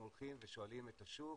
אנחנו הולכים ושואלים את השוק